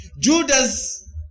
Judas